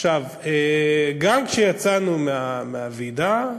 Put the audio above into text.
גם כשיצאנו מהוועידה,